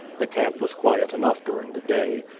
the camp was quiet enough during the day.